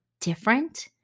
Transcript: different